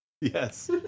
Yes